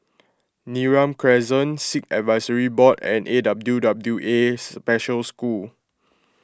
Neram Crescent Sikh Advisory Board and A W W A Special School